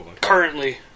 Currently